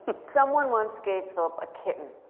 someone once gave philip a kitten.